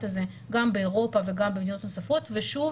הזה גם באירופה וגם במדינות נוספות ושוב,